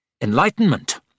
Enlightenment